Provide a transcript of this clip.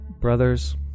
Brothers